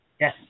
yes